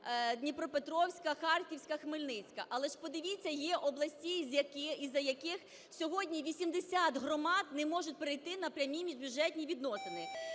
Дніпропетровська. Харківська. Хмельницька. Але ж подивіться, є області із-за яких сьогодні 80 громад не можуть перейти на прямі міжбюджетні відносини.